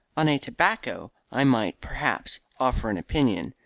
on a tobacco, i might, perhaps, offer an opinion.